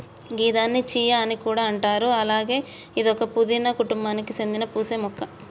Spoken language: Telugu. గిదాన్ని చియా అని కూడా అంటారు అలాగే ఇదొక పూదీన కుటుంబానికి సేందిన పూసే మొక్క